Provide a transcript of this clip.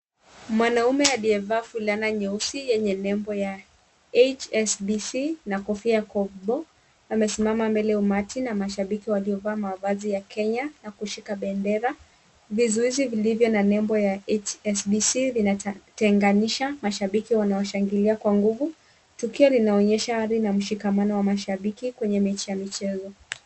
Mwanaume aliyevaa fulana nyeusi yenye nembo ya HSBC na kofia ya kombo amesimama mbele ya umati na mashabiki waliovaa mavazi ya Kenya na kushika bendera. Vizuizi vilivyo na nembo ya HSBC vinatenganisha mashabiki wanaoshangilia kwa nguvu. Tukio linaonyesha hali ya mshikamano wa mashabiki kwenye mechi ya michezo.